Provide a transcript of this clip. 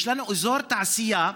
יש לנו אזור תעשייה,